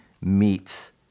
meets